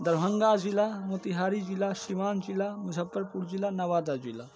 दरभंगा ज़िला मोतिहारी ज़िला सिवान ज़िला मुज़फ्फरपुर ज़िला नवादा ज़िला